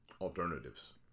alternatives